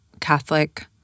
Catholic